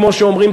כמו שאומרים,